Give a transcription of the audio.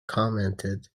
commented